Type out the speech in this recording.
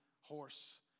horse